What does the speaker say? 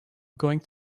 going